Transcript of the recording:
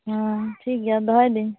ᱦᱟᱸ ᱴᱷᱤᱠᱜᱮᱭᱟ ᱫᱚᱦᱚᱭᱫᱤᱧ